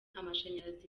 amashanyarazi